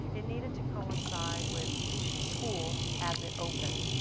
it needed to coincide with each school as it opened.